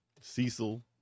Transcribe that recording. Cecil